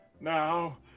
now